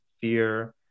fear